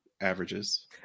averages